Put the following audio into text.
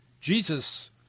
Jesus